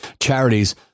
charities